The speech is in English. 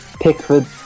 Pickford